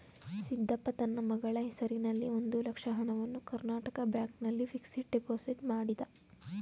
ಸಿದ್ದಪ್ಪ ತನ್ನ ಮಗಳ ಹೆಸರಿನಲ್ಲಿ ಒಂದು ಲಕ್ಷ ಹಣವನ್ನು ಕರ್ನಾಟಕ ಬ್ಯಾಂಕ್ ನಲ್ಲಿ ಫಿಕ್ಸಡ್ ಡೆಪೋಸಿಟ್ ಮಾಡಿದ